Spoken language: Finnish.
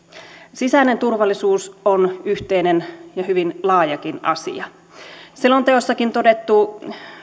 sisäinen turvallisuus on yhteinen ja hyvin laajakin asia selonteossakin todettu